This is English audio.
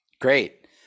Great